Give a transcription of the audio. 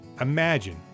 Imagine